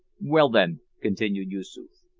well, then, continued yoosoof,